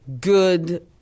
good